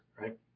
right